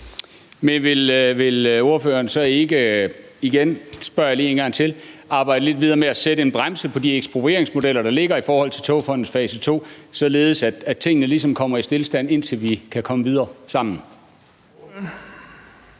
Men vil ordføreren så ikke – jeg spørger lige om det en gang til – arbejde lidt videre med at sætte en bremse på de eksproprieringsmodeller, der ligger i forhold til Togfonden DK's fase 2, således at tingene ligesom kommer i stilstand, indtil vi kan komme videre sammen?